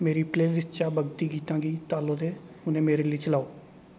मेरी प्लेऽलिस्ट चा भगती गीतां गी तालो ते हुनै मेरे लेई चलाओ